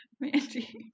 Mandy